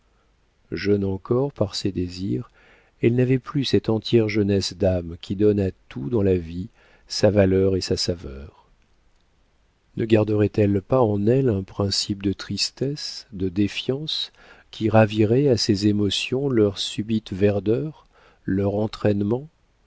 jeune encore par ses désirs elle n'avait plus cette entière jeunesse d'âme qui donne à tout dans la vie sa valeur et sa saveur ne garderait elle pas en elle un principe de tristesse de défiance qui ravirait à ses émotions leur subite verdeur leur entraînement